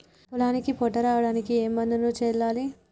పొలానికి పొట్ట రావడానికి ఏ మందును చల్లాలి?